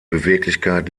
beweglichkeit